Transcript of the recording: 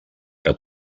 que